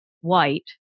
white